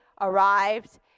arrived